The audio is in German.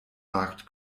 markt